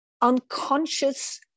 unconscious